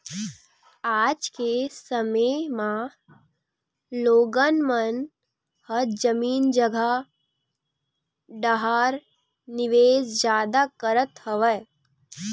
आज के समे म लोगन मन ह जमीन जघा डाहर निवेस जादा करत हवय